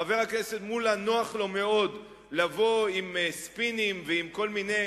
לחבר הכנסת מולה נוח מאוד לבוא עם ספינים ועם כל מיני